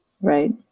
Right